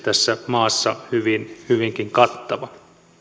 tässä maassa myös maantieteellisesti hyvinkin kattava